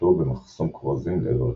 התחתרותו במחסום כורזים לעבר הכנרת.